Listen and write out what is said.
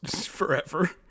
forever